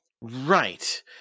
Right